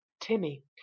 Timmy